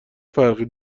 فرقی